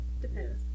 Depends